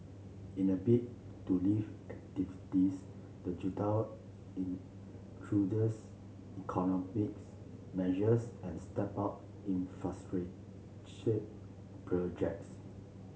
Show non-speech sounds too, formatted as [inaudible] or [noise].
in a bid to lift activities the [unintelligible] introduce economics measures and stepped up infrastructure projects